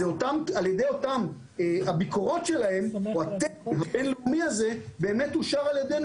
התקן הבינלאומי הזה אושר על ידינו,